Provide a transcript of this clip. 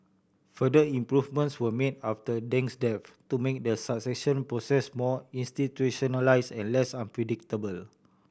further improvements were made after Deng's death to make the succession process more institutionalise and less unpredictable